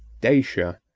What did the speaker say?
dacia,